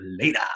later